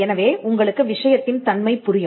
எனவே உங்களுக்கு விஷயத்தின் தன்மை புரியும்